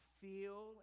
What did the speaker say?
feel